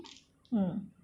mm